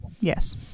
Yes